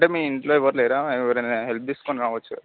అంటే మీ ఇంట్లో ఎవరు లేరా ఎవరన్న హెల్ప్ తీసుకుని రావచ్చు కదా